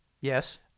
Yes